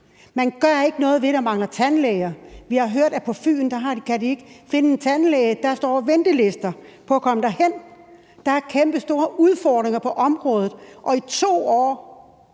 Man gør ikke noget ved, at der mangler tandlæger. Vi har hørt, at de på Fyn ikke kan finde en tandlæge. Der er ventelister på at komme derhen. Der er kæmpestore udfordringer på området, og i 2 år